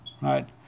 right